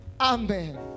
Amen